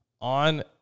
On